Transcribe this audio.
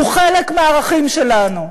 הוא חלק מהערכים שלנו.